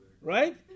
Right